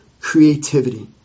Creativity